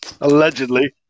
Allegedly